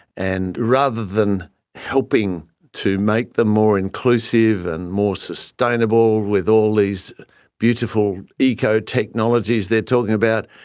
and rather than helping to make them more inclusive and more sustainable with all these beautiful eco-technologies they're talking about,